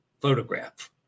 photograph